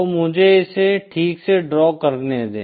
तो मुझे इसे ठीक से ड्रॉ करने दें